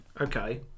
Okay